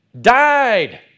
died